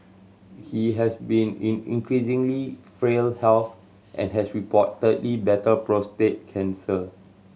he has been in increasingly frail health and has reportedly battled prostate cancer